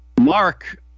Mark